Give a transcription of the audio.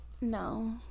No